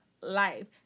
life